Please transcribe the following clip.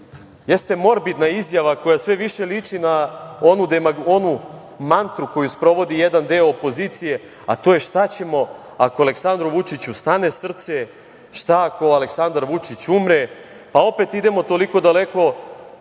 jeste morbidna izjava koja sve više liči na onu mantru koju sprovodi jedan deo opozicije, a to je šta ćemo ako Aleksandru Vučiću stane srce, šta ako Aleksandar Vučić umre? Pa, opet idemo toliko daleko